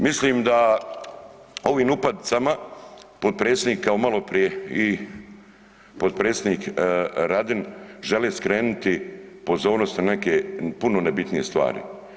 Mislim da ovim upadicama potpredsjednik kao maloprije i potpredsjednika Radin žele skrenuti pozornost na neke puno ne bitnije stvari.